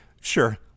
sure